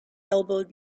elbowed